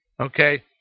okay